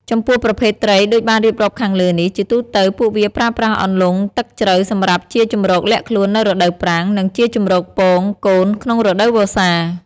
ចំពោះប្រភេទត្រីដូចបានរៀបរាប់ខាងលើនេះ ជាទូទៅ ពួកវាប្រើប្រាស់អន្លង់ទឹកជ្រៅសម្រាប់ជាជម្រកលាក់ខ្លួននៅរដូវប្រាំង និងជាជម្រកពង-កូនក្នុងរដូវវស្សា។